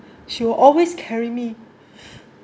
she will always carry me